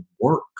work